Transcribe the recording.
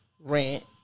rent